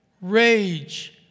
rage